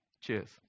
Cheers